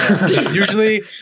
usually